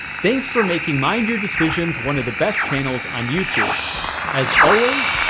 thanks for making mind your decisions one of the best channels on youtube as always,